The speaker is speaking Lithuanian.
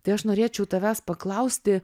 tai aš norėčiau tavęs paklausti